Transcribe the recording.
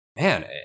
man